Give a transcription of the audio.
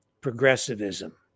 progressivism